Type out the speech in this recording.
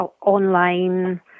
online